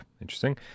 interesting